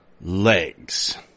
legs